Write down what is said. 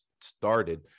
started